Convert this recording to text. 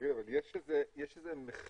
והיום הוא טיפה יותר גבוה.